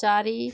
ଚାରି